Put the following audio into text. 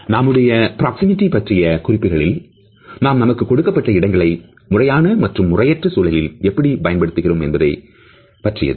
நம்முடைய பிராக்சிமிடி பற்றிய குறிப்புகளில் நாம் நமக்கு கொடுக்கப்பட்ட இடங்களை முறையான மற்றும் முறையற்ற சூழலில் எப்படி பயன்படுத்துகிறோம் என்பதைப் பற்றியது